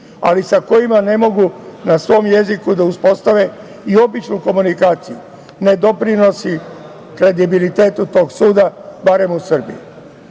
ali sa kojima ne mogu na svom jeziku da uspostave i običnu komunikaciju, ne doprinosi kredibilitetu tog suda, barem u Srbiji.